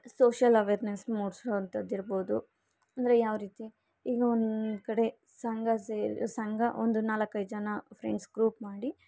social awareness ಮೂಡಿಸೋ ಅಂಥದ್ದಿರಬೋದು ಅಂದರೆ ಯಾವರೀತಿ ಈಗ ಒಂದ್ಕಡೆ ಸಂಘ ಸೇರಿ ಸಂಘ ಒಂದು ನಾಲ್ಕೈದು ಜನ ಫ್ರೆಂಡ್ಸ್ ಗ್ರೂಪ್ ಮಾಡಿ